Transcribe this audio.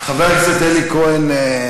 חבר הכנסת אלי כהן.